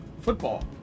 Football